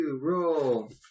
roll